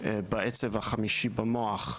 בעצב החמישי במוח,